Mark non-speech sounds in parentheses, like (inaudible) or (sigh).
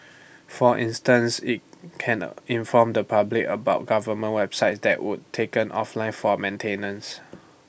(noise) for instance IT can A inform the public about government websites that would taken offline for maintenance